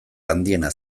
handiena